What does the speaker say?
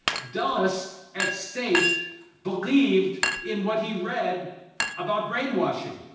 dulles at state believed in what he read about brainwashing.